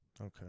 Okay